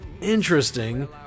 Interesting